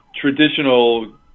traditional